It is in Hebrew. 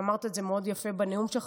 ואמרת את זה מאוד יפה בנאום שלך,